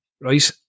right